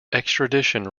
extradition